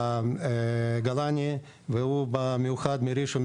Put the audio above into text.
גולני והוא בא במיוחד מראשון,